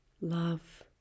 love